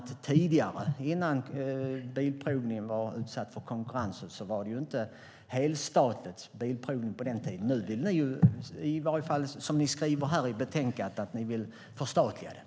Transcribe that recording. Tidigare, innan bilprovningen utsattes för konkurrens, var den inte helstatlig. Nu skriver ni i betänkandet att ni vill förstatliga den.